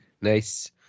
Nice